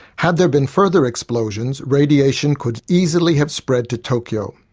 had there been further explosions, radiation could easily have spread to tokyo.